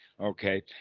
Okay